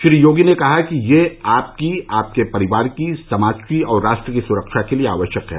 श्री योगी ने कहा कि यह आपकी आपके परिवार की समाज की और राष्ट्र की सुरक्षा के लिए आवश्यक है